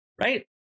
right